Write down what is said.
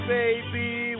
baby